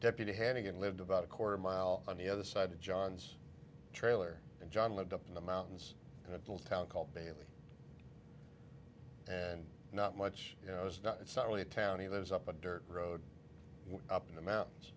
deputy hannigan lived about a quarter mile on the other side of john's trailer and john lived up in the mountains and a town called bailey and not much you know it's not it's not really a town he lives up a dirt road up in the mountains